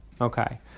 okay